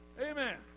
Amen